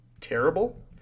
terrible